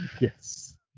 Yes